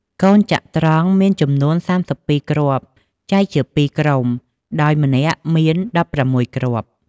កូនចត្រង្គមានចំនួន ៣២គ្រាប់ ចែកជាពីរជាក្រុម ដោយម្នាក់មាន ១៦គ្រាប់។